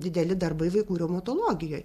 dideli darbai vaikų reumatologijoj